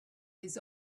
his